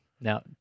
now